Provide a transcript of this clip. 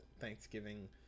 Thanksgiving